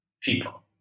people